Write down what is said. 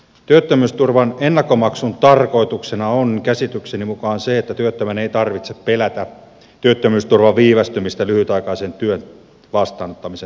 työttömyysturvan ennakkomaksun tarkoituksena on käsitykseni mukaan se että työttömän ei tarvitse pelätä työttömyysturvan viivästymistä lyhytaikaisen työn vastaanottamisen takia